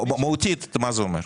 מהותית מה זה אומר.